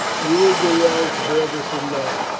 you will do well to bear this in mind,